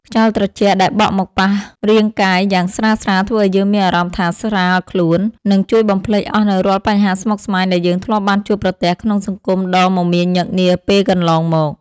ខ្យល់ត្រជាក់ដែលបក់មកប៉ះរាងកាយយ៉ាងស្រាលៗធ្វើឱ្យយើងមានអារម្មណ៍ថាស្រាលខ្លួន និង ជួយបំភ្លេចអស់នូវរាល់បញ្ហាស្មុគស្មាញដែលយើងធ្លាប់បានជួបប្រទះក្នុងសង្គមដ៏មមាញឹកនាពេលកន្លងមក។